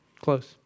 Close